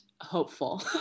hopeful